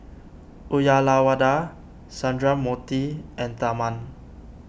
Uyyalawada Sundramoorthy and Tharman